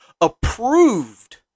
approved